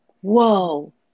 whoa